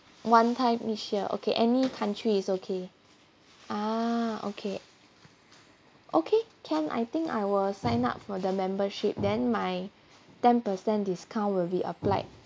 one time each year okay any country is okay ah okay okay can I think I will sign up for the membership then my ten percent discount will be applied